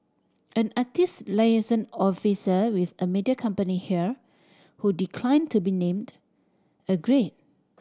an artist liaison officer with a media company here who declined to be named agreed